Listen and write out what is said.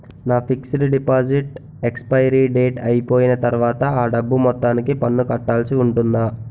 నా fixed deposit expiry date అయిపోయిన తర్వాత అ డబ్బు మొత్తానికి పన్ను కట్టాల్సి ఉంటుందా?